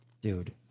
dude